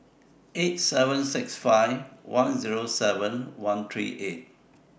eight seven six five one Zero seven one three eight